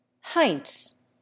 Heinz